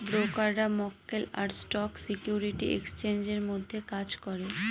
ব্রোকাররা মক্কেল আর স্টক সিকিউরিটি এক্সচেঞ্জের মধ্যে কাজ করে